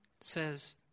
says